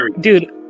dude